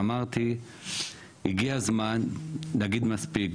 ואמרתי הגיע הזמן להגיד מספיק,